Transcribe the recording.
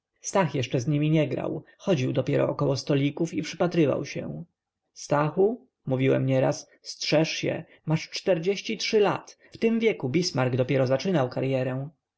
stach jeszcze z nimi nie grał chodził dopiero około stolików i przypatrywał się stachu mówiłem nieraz strzeż się masz czterdzieści trzy lat w tym wieku bismark dopiero zaczynał karyerę